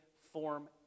form